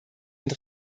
und